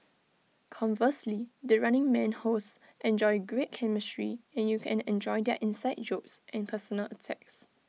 conversely the running man hosts enjoy great chemistry and you can enjoy their inside jokes and personal attacks